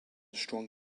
strong